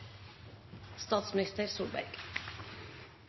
statsminister Solberg